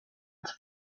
its